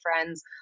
friends